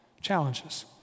challenges